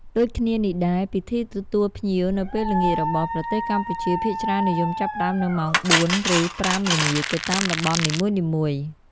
ដូចគ្នានេះដែរ ពិធីទទួលភ្ញៀវនៅពេលល្ងាចរបស់ ប្រទេសកម្ពុជាភាគច្រើននិយមចាប់ផ្តើមនៅម៉ោង ៤ៈ០០ ឬ៥:០០ ល្ងាច ទៅតាមតំបន់នីមួយៗ។